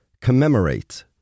commemorate